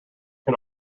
can